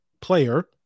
player